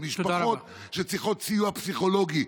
אלה משפחות שצריכות סיוע פסיכולוגי,